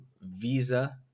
visa